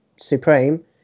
Supreme